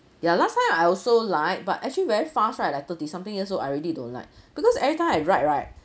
ya last time I also like but actually very fast right like thirty something years old I already don't like because every time I ride right